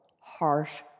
harsh